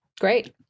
Great